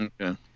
Okay